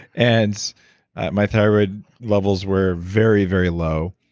and my thyroid levels were very, very low.